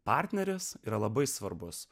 partnerės yra labai svarbus